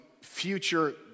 future